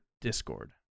discord